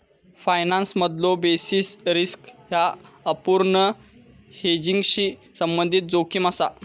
फायनान्समधलो basis risk ह्या अपूर्ण हेजिंगशी संबंधित जोखीम असा